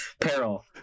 peril